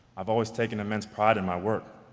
i've always taken immense pride in my work.